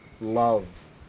love